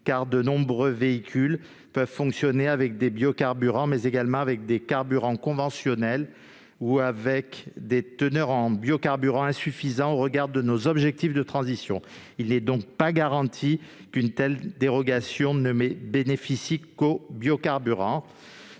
: de nombreux véhicules peuvent fonctionner avec des biocarburants, mais également avec des carburants conventionnels ou avec des essences ayant une faible teneur en biocarburant au regard de nos objectifs de transition. Il n'est donc pas garanti qu'une telle dérogation bénéficie aux biocarburants.